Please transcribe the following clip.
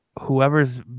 whoever's